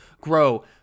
grow